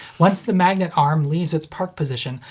once the magnet arm leaves its park position,